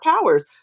powers